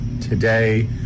today